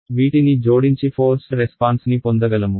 వీటిని జోడించి forced response ని పొందగలము